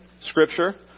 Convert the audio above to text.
scripture